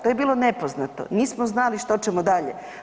To je bilo nepoznato, nismo znali što ćemo dalje.